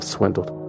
Swindled